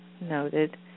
noted